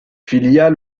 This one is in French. filiale